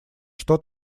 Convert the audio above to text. что